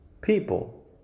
people